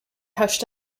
hushed